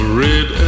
red